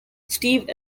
steve